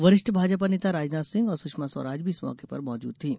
वरिष्ठ भाजपा नेता राजनाथ सिंह और सुषमा स्वराज भी इस मौके पर मौजूद थीं